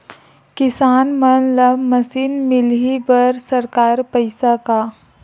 किसान मन ला मशीन मिलही बर सरकार पईसा का?